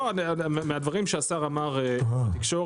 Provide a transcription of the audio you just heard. לא, מהדברים שהשר אמר בתקשורת.